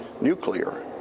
nuclear